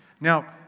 Now